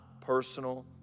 personal